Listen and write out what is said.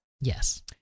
Yes